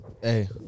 Hey